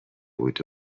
بود